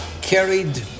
carried